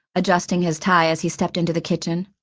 adjusting his tie as he stepped into the kitchen.